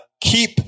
keep